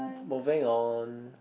moving on